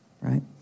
right